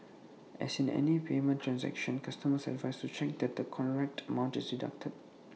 as in any payment transaction customers are advised to check that the correct amount is deducted